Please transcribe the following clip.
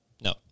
No